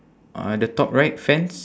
uh the top right fence